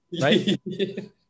right